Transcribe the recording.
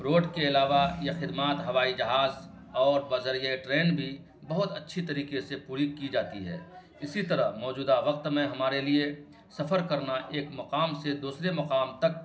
road کے علاوہ یہ خدمات ہوائی جہاز اور بذریعۂ ٹرین بھی بہت اچھی طریقے سے پوری کی جاتی ہے اسی طرح موجودہ وقت میں ہمارے لیے سفر کرنا ایک مقام سے دوسرے مقام تک